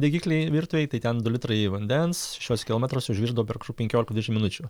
degikliai virtuvei tai ten du litrai vandens šešiuose kilometruose užvirdavo per kažkur penkiolika dvidešim minučių